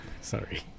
Sorry